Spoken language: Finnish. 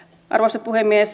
arvoisa puhemies